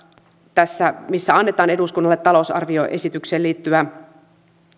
missä annetaan eduskunnalle talousarvioesitykseen liittyvä